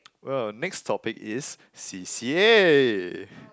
well next topic is c_c_a